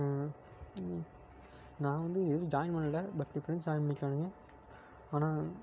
நான் வந்து இதில் ஜாயின் பண்ணலை பட் என் ஃப்ரெண்ட்ஸ் ஜாயின் பண்ணிக்கிறாங்க ஆனால்